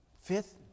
Fifth